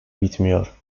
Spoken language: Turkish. bitmiyor